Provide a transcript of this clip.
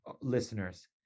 listeners